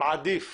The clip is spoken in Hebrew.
מעדיף